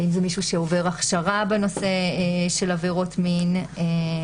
האם זה מישהו שעובר הכשרה בנושא של עבירות מין?